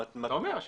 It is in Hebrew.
שאתה